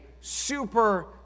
super